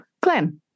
Glenn